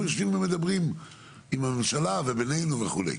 יושבים ומדברים עם הממשלה ובינינו וכו'.